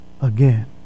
again